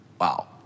Wow